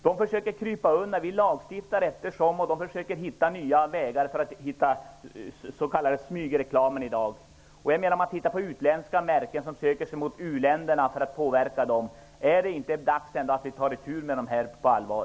De försöker att krypa undan. Vi lagstiftar allteftersom de försöker att hitta nya vägar för den s.k. smygreklamen i dag. Titta på de utländska tobaksföretagen som söker sig mot uländerna för att påverka människorna där. Är det ändå inte dags att vi tar itu med detta på allvar?